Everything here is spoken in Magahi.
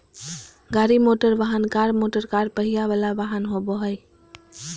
गाड़ी मोटरवाहन, कार मोटरकार पहिया वला वाहन होबो हइ